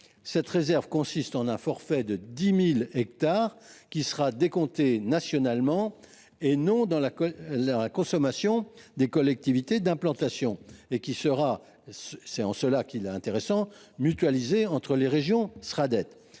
Cette réserve consiste en un forfait de 10 000 hectares qui sera décompté nationalement, et non dans la consommation des collectivités d’implantation, et qui sera – c’est en cela qu’il est intéressant – mutualisé entre les régions.